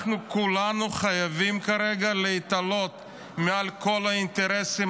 כרגע כולנו חייבים להתעלות מעל כל האינטרסים